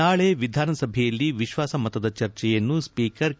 ನಾಳೆ ವಿಧಾನಸಭೆಯಲ್ಲಿ ವಿಶ್ವಾಸಮತದ ಚರ್ಚೆಯನ್ನು ಸ್ವೀಕರ್ ಕೆ